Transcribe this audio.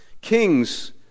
Kings